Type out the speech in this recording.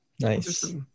Nice